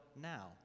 now